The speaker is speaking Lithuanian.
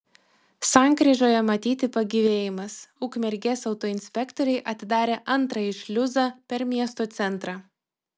sankryžoje matyti pagyvėjimas ukmergės autoinspektoriai atidarė antrąjį šliuzą per miesto centrą